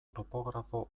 topografo